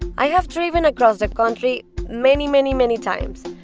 i have driven across the country many, many, many times.